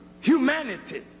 humanity